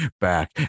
back